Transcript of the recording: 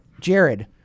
Jared